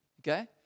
okay